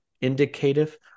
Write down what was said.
indicative